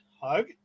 hug